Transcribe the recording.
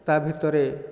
ତା ଭିତରେ